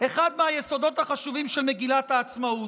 -- אחד מהיסודות החשובים של מגילת העצמאות.